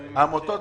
על העמותות